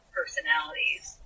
personalities